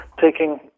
taking